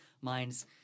minds